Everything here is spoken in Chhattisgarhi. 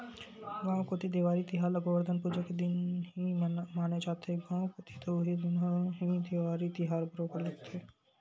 गाँव कोती देवारी तिहार ल गोवरधन पूजा के दिन ही माने जाथे, गाँव कोती तो उही दिन ह ही देवारी तिहार बरोबर लगथे